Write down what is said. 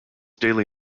daily